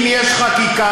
אם יש חקיקה,